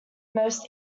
most